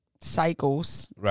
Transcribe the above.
cycles